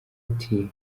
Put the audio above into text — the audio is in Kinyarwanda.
ati